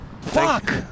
Fuck